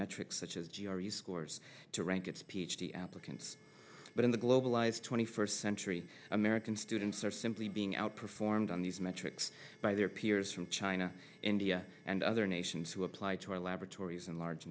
metrics such as g r u scores to rank its ph d applicants but in the globalised twenty first century american students are simply being outperformed on these metrics by their peers from china india and other nations who apply to our laboratories in large